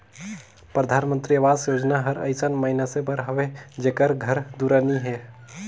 परधानमंतरी अवास योजना हर अइसन मइनसे बर हवे जेकर घर दुरा नी हे